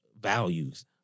values